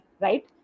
right